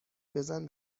بزن